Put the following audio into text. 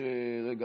רגע,